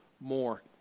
more